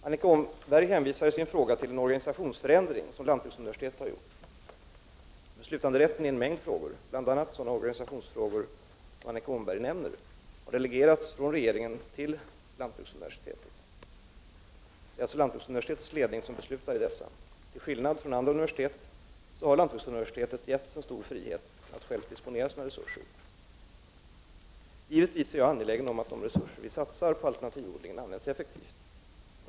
Annika Åhnberg hänvisar i sin fråga till en organisationsförändring som lantbruksuniversitetet har gjort. Beslutanderätten i en mängd frågor, bl.a. sådana organisationsfrågor som Annika Åhnberg nämner, har delegerats från regeringen till lantbruksuniversitetet. Det är alltså lantbruksuniversitetets ledning som beslutar i dessa frågor. Till skillnad från andra universitet har lantbruksuniversitetet getts en stor frihet att självt disponera sina resurser. Givetvis är jag angelägen om att de resurser vi satsar på alternativodlingen används effektivt.